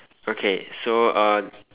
okay so uh